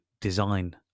design